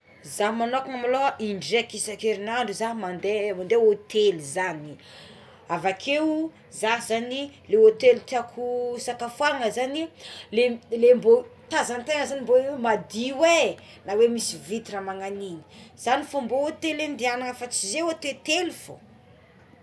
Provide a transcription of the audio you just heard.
Za manokagna maloha indraika isankerinadro za mandé hôtely za avakeo za zagny le hôtely tiako isakafoanana zagny le le mbo tazatazana le mbo madio é na hoe misy vitre magnagno agnigny zagny fo mbo tiagna adehanana fa tsy zay hôtetely fogna.